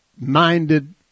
minded